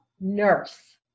nurse